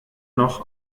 noch